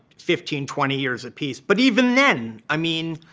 fifteen, twenty years apiece. but even then, i mean,